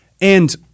And-